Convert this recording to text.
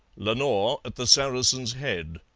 lenore at the saracen's head.